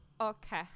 Okay